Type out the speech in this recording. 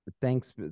thanks